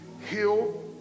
Heal